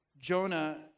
Jonah